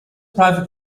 private